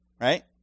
Right